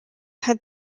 had